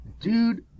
dude